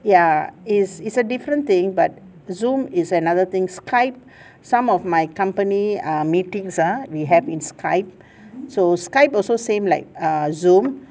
ya is is a different thing but zoom is another thing skype some of my company err meetings ah we have in skype so skype also same like err zoom